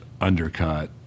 undercut